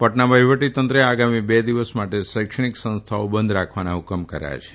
પટના વફીવટી તંત્રે આગામી બે દિવસ માટે શૈક્ષણિક સંસ્થાઓ બંઘ રાખવાના ફકમ કર્યા છે